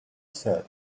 said